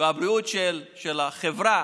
והבריאות של החברה